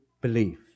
belief